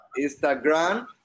Instagram